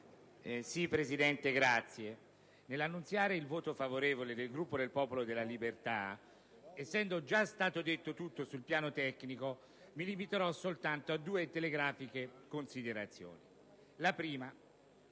Presidente, nell'annunziare il voto favorevole del Gruppo del Popolo della Libertà, essendo già stato detto tutto sul piano tecnico, mi limiterò soltanto a due telegrafiche considerazioni. Vorrei,